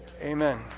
Amen